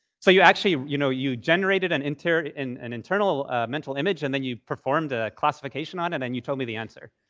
so you actually you know, you generated an internal and an internal mental image, and then you performed a classification on it, and you told me the answer.